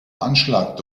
anschlag